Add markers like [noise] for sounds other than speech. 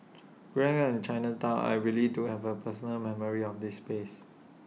[noise] growing up in Chinatown I really do have A personal memories of this space